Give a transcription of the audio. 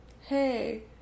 hey